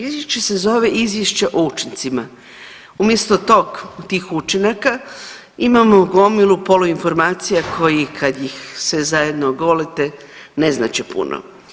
Izvješće se zove izvješće o učincima, umjesto tog tih učinaka imamo gomilu poluinformacija koji kad ih sve zajedno ogolite ne znače puno.